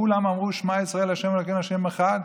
כולם אמרו: "שמע ישראל ה' אלוהינו ה' אחד",